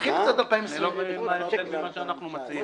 תרחיב את זה עד 2020. אני לא מבין מה ההבדל בין זה למה שאנחנו מציעים.